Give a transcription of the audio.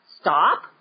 Stop